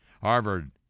Harvard